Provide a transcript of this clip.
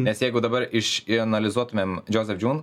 nes jeigu dabar išanalizuotumėm džozą džiun